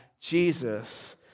Jesus